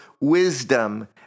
wisdom